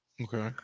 okay